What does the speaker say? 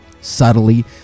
Subtly